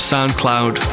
SoundCloud